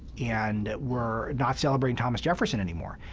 and we're not celebrating thomas jefferson anymore.